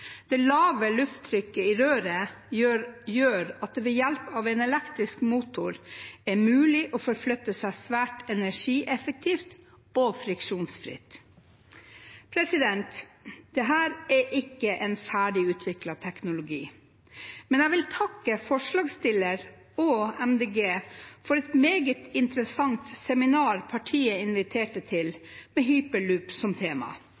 Det lave lufttrykket i røret gjør at det ved hjelp av en elektrisk motor er mulig å forflytte seg svært energieffektivt og friksjonsfritt. Dette er ikke en ferdigutviklet teknologi, men jeg vil takke forslagsstilleren og Miljøpartiet De Grønne for et meget interessant seminar partiet inviterte til, med hyperloop som tema.